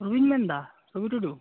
ᱨᱚᱵᱤᱧ ᱢᱮᱱᱮᱫᱟ ᱨᱚᱵᱤ ᱴᱩᱰᱩ